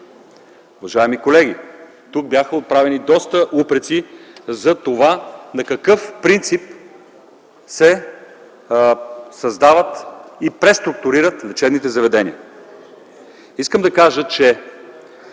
Уважаеми колеги, тук бяха отправени доста упреци за това на какъв принцип се създават и преструктурират лечебните заведения. Искам да кажа, че